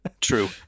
True